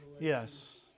Yes